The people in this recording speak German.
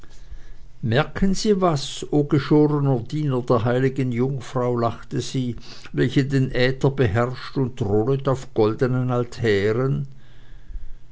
merken sie was o geschorner diener der heiligen jungfrau lachte sie welche den äther beherrscht und thronet auf goldnen altären